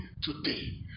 today